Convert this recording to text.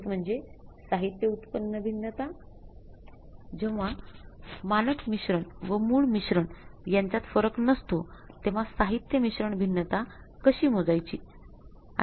एक म्हणजे साहित्य उत्पन्न भिन्नता कशी मोजायची